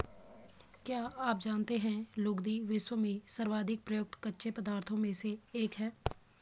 क्या आप जानते है लुगदी, विश्व में सर्वाधिक प्रयुक्त कच्चे पदार्थों में से एक है?